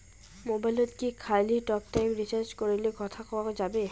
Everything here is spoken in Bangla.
মোবাইলত কি খালি টকটাইম রিচার্জ করিলে কথা কয়া যাবে?